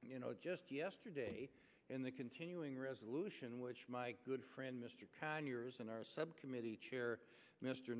you know just yesterday and the continuing resolution which my good friend mr conyers and our subcommittee chair mr